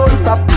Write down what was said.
stop